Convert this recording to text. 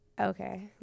okay